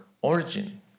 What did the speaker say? origin